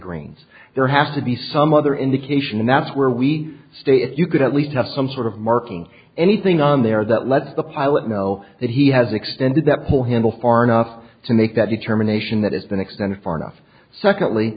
greens there have to be some other indication and that's where we stay if you could at least have some sort of marking anything on there that lets the pilot know that he has extended that whole handle far enough to make that determination that it's been extended far enough secondly